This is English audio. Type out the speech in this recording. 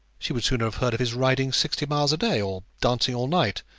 she would sooner have heard of his riding sixty miles a day, or dancing all night,